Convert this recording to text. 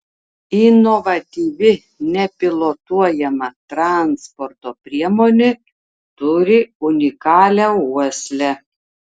inovatyvi nepilotuojama transporto priemonė turi unikalią uoslę